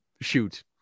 shoot